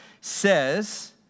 says